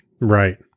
Right